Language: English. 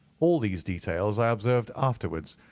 all these details i observed afterwards.